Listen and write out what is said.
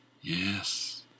Yes